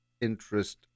interest